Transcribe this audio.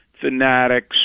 fanatics